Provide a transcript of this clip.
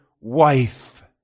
wife